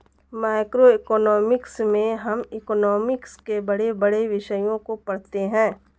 macroeconomics में हम economics के बड़े बड़े विषयों को पढ़ते हैं